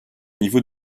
niveau